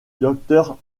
docteur